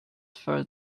for